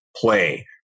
play